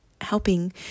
helping